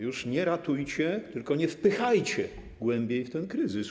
Już nie ratujcie, tylko nie wpychajcie głębiej w ten kryzys.